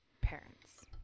parents